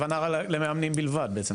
הכוונה למאמנים בלבד, בעצם.